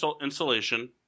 insulation